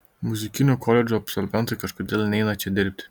muzikinių koledžų absolventai kažkodėl neina čia dirbti